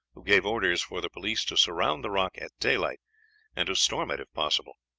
who gave orders for the police to surround the rock at daylight and to storm it if possible.